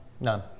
none